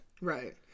Right